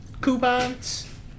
coupons